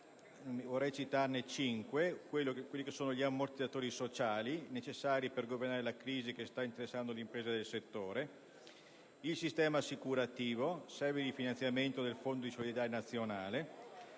particolare ne elenco cinque: gli ammortizzatori sociali, necessari per governare la crisi che sta interessando le imprese del settore; il sistema assicurativo e il rifinanziamento del fondo di solidarietà nazionale;